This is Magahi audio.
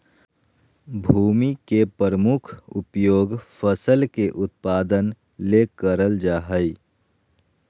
भूमि के प्रमुख उपयोग फसल के उत्पादन ले करल जा हइ